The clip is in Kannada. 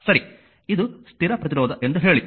ಸರಿ ಇದು ಸ್ಥಿರ ಪ್ರತಿರೋಧ ಎಂದು ಹೇಳಿ